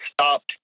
stopped